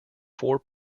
four